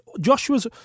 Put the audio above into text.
Joshua's